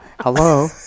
Hello